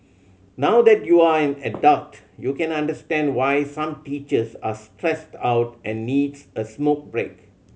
now that you're an adult you can understand why some teachers are stressed out and needs a smoke break